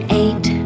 eight